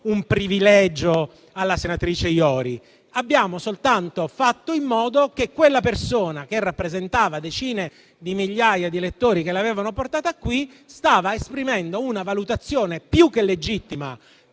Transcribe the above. privilegio alla senatrice Iori. Abbiamo soltanto fatto in modo che quella persona, che rappresentava decine di migliaia di elettori che l'avevano portata qui, stava esprimendo una valutazione più che legittima